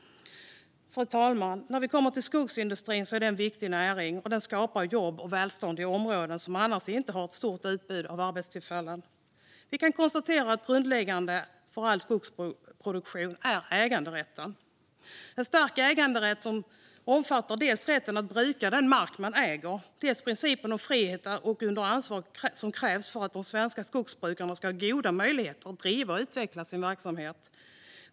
Fru talman! Skogsindustrin är en viktig näring. Den skapar jobb och välstånd i områden som annars inte har ett stort utbud av arbetstillfällen. Vi kan konstatera att äganderätten är grundläggande för all skogsproduktion. En stark äganderätt som omfattar både rätten att bruka den mark man äger och principen om frihet under ansvar krävs för att de svenska skogsbrukarna ska ha goda möjligheter att bedriva och utveckla sin verksamhet.